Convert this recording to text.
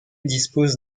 dispose